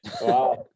wow